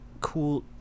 cool